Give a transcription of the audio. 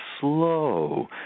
slow